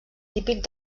típic